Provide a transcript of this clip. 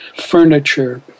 furniture